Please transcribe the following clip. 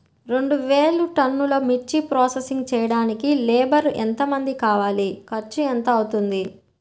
రెండు వేలు టన్నుల మిర్చి ప్రోసెసింగ్ చేయడానికి లేబర్ ఎంతమంది కావాలి, ఖర్చు ఎంత అవుతుంది?